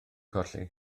colli